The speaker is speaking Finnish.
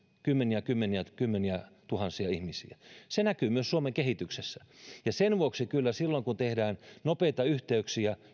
kymmeniä kymmeniä kymmeniä tuhansia ihmisiä se näkyy myös suomen kehityksessä sen vuoksi kyllä silloin kun tehdään nopeita yhteyksiä